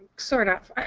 sort of.